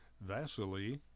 Vasily